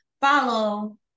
Follow